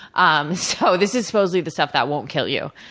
um so, this is supposedly the stuff that won't kill you.